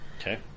Okay